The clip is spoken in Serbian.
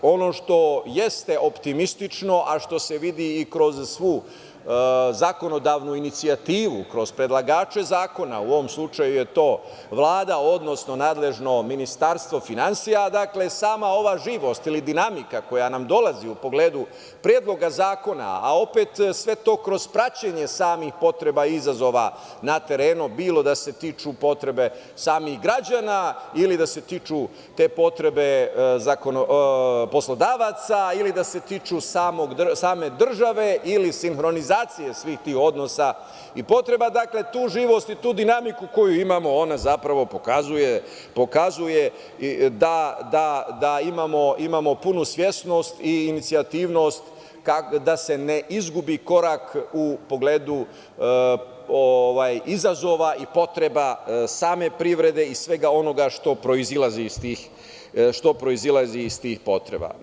Ono što jeste optimistično, a što se vidi i kroz svu zakonodavnu inicijativu, kroz predlagače zakona, u ovom slučaju je to Vlada, odnosno nadležno Ministarstvo finansija jeste sama ova živost ili dinamika koja nam dolazi u pogledu Predloga zakona, a opet svet to kroz praćenje samih potreba izazova na terenu bilo da se tiču potrebe samih građana ili da se tiču potrebe poslodavaca ili da se tiču same države ili sinhronizacije svih tih odnosa i potreba, tu živost i tu dinamiku koju imamo, ona zapravo pokazuje da imamo punu savest i inicijativnost da se ne izgubi korak u pogledu izazova i potreba same privrede i svega onoga što proizilazi iz tih potreba.